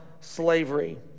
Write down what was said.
slavery